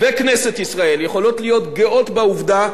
וכנסת ישראל יכולות להיות גאות בעובדה